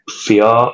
fear